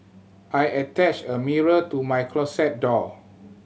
attached a mirror to my closet door